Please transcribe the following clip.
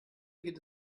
geht